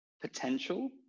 potential